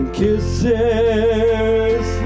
kisses